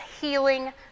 healing